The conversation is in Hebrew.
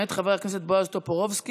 מאת חבר הכנסת בועז טופורובסקי,